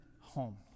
home